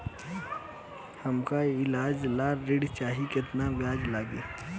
हमका ईलाज ला ऋण चाही केतना ब्याज लागी?